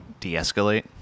Deescalate